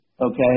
Okay